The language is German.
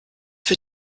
für